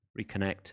reconnect